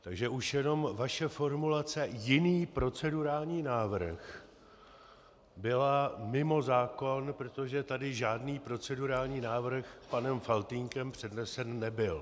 Takže už jenom formulace jiný procedurální návrh byla mimo zákon, protože tady žádný procedurální panem Faltýnkem přednesený nebyl.